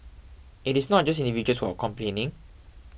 it is not just individuals who are complaining